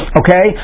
okay